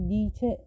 dice